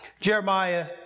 Jeremiah